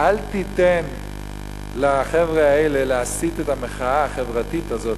אל תיתן לחבר'ה האלה להסיט את המחאה החברתית הזאת,